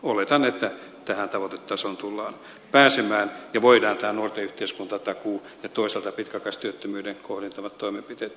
oletan että tähän tavoitetasoon tullaan pääsemään ja voidaan tämä nuorten yhteiskuntatakuu ja toisaalta pitkäaikaistyöttömyyden kohdentavat toimenpiteet toteuttaa